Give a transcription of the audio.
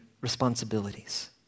responsibilities